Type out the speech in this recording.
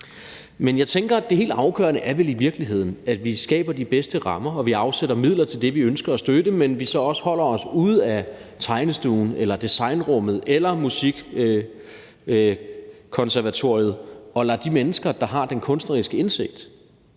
Men jeg tænker, at det helt afgørende vel i virkeligheden er, at vi skaber de bedste rammer, og at vi afsætter midler til det, vi ønsker at støtte, men at vi så også holder os ude af tegnestuen eller designrummet eller musikkonservatoriet og lader de mennesker, der har den kunstneriske indsigt,